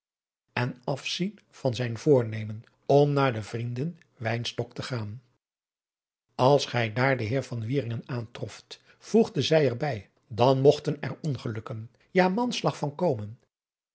en afzien van zijn voornemen om naar de vrienden wynstok te gaan als gij daar den heer van wieringen aantroft voegde zij er bij dan mogten er ongelukken ja manslag van komen